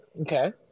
Okay